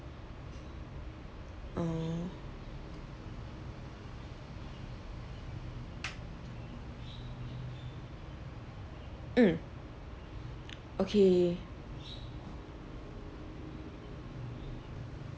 oh mm okay